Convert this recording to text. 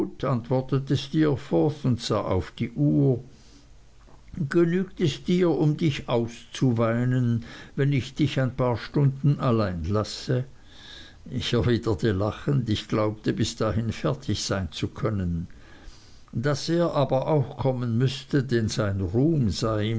und sah auf die uhr genügt es dir um dich auszuweinen wenn ich dich ein paar stunden allein lasse ich erwiderte lachend ich glaubte bis dahin fertig sein zu können daß er aber auch kommen müßte denn sein ruhm sei